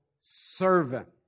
servant